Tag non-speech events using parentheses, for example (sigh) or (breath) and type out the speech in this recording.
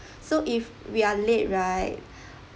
(breath) so if we are late right (breath)